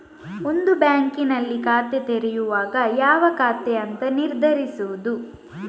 ಒಂದು ಬ್ಯಾಂಕಿನಲ್ಲಿ ಖಾತೆ ತೆರೆಯುವಾಗ ಯಾವ ಖಾತೆ ಅಂತ ನಿರ್ಧರಿಸುದು